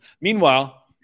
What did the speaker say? Meanwhile